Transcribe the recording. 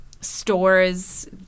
stores